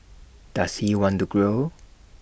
does he want to grow